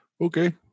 Okay